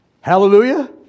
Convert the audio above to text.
hallelujah